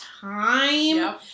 time